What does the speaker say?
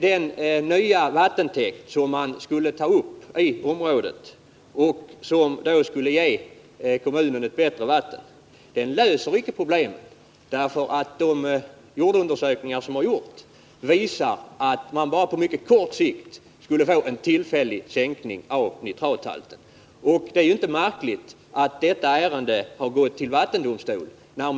Den nya vattentäkt, som skulle tas upp i området och ge kommunen ett bättre vatten, löser inte problemen. De jordundersökningar som har utförts visar nämligen att man bara skulle få en tillfällig sänkning av nitrathalten. Därför är det inte så märkligt att detta ärende har gått till vattendomstol.